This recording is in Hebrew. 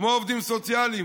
כמו עובדים סוציאליים,